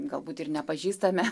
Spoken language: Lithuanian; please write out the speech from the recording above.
galbūt ir nepažįstame